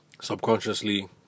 subconsciously